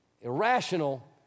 Irrational